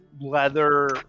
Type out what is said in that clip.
leather